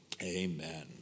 Amen